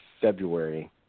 February